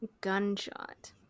Gunshot